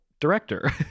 director